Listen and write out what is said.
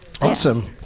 Awesome